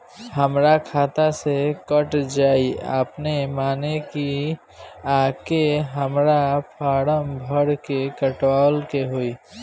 हमरा खाता से कट जायी अपने माने की आके हमरा फारम भर के कटवाए के होई?